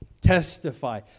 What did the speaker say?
Testify